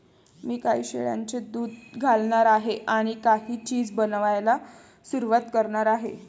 मी काही शेळ्यांचे दूध घालणार आहे आणि काही चीज बनवायला सुरुवात करणार आहे